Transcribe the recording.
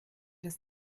das